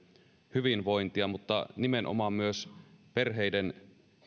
hyvinvointia mutta nimenomaan myös perheiden